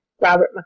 Robert